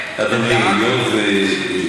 אבל אני רק אומרת,